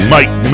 Mike